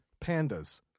pandas